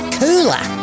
cooler